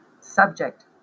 Subject